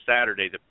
Saturday